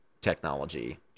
technology